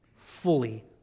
fully